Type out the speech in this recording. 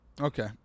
Okay